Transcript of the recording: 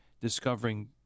discovering